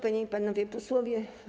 Panie i Panowie Posłowie!